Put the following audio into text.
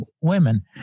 Women